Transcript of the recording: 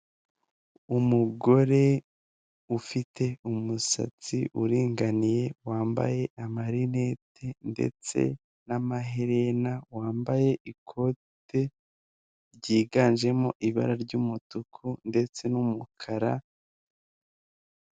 Umugore ufite umusatsi uringaniye wambaye amarinete ndetse n'amaherena wambaye ikote ryiganjemo ibara ry'umutuku ndetse n'umukara .